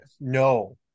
No